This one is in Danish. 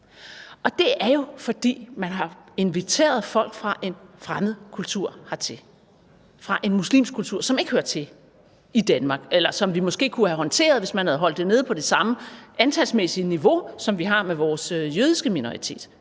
Og det er jo, fordi man har inviteret folk fra en fremmed kultur hertil, fra en muslimsk kultur, som ikke hører til i Danmark, og som vi måske kunne have håndteret, hvis vi havde holdt det nede på det samme antalsmæssige niveau, som vi f.eks. har gjort med vores jødiske minoritet.